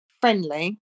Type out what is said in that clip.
friendly